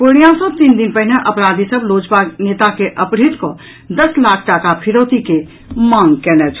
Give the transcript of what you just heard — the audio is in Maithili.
पूर्णियाँ सँ तीन दिन पहिने अपराधी सभ लोजपा नेता के अपहृत कऽ दस लाख टाका फिरौती के मांग कयने छल